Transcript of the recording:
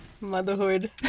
Motherhood